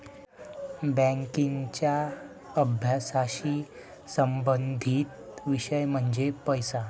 बँकिंगच्या अभ्यासाशी संबंधित विषय म्हणजे पैसा